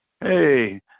Hey